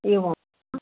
एवं